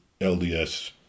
LDS